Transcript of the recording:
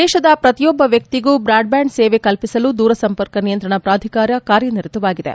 ದೇಶದ ಪ್ರತಿಯೊಬ್ಬ ವ್ಯಕ್ತಿಗೂ ಬ್ರಾಡ್ಬ್ಯಾಂಡ್ ಸೇವೆಯನ್ನು ಕಲ್ವಿಸಲು ದೂರಸಂಪರ್ಕ ನಿಯಂತ್ರಣ ಪ್ರಾಧಿಕಾರ ಕಾರ್ಯನಿರತವಾಗಿದೆ